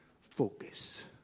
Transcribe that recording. focus